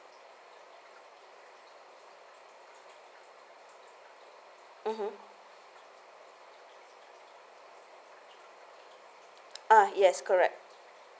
mmhmm ah yes correct